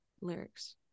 Lyrics